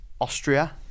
Austria